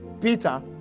Peter